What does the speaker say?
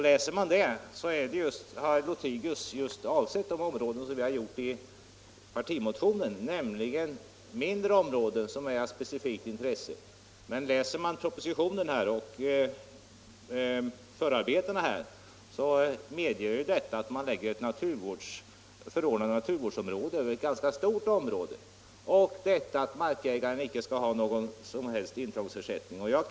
Läser man betänkandet, ser man att herr Lothigius just har avsett sådana områden som vi talar om i partimotionen, nämligen mindre områden av specifikt intresse. Tar man del av propositionen och förarbetena, finner man att bestämmelserna medger att förordnande om naturvårdsområde läggs över ett ganska stort område och att markägaren icke skall ha någon som helst intrångsersättning.